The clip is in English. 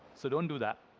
so don't do that.